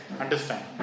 Understand